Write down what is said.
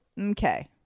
Okay